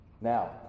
Now